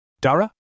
Dara